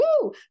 woo